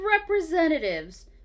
Representatives